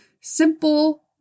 simple